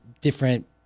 different